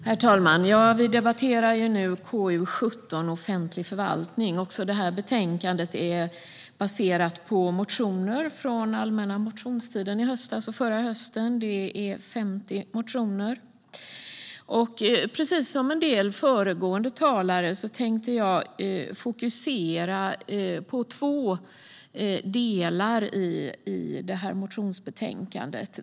Herr talman! Vi debatterar nu KU17 Offentlig förvaltning . Också detta betänkande är baserat på motioner från den allmänna motionstiden i höstas och hösten före den. Det är 50 motioner. Precis som en del föregående talare tänkte jag fokusera på två delar i detta motionsbetänkande.